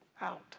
out